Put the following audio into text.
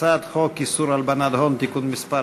הצעת חוק איסור הלבנת הון (תיקון מס'